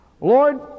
Lord